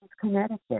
Connecticut